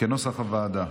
כנוסח הוועדה.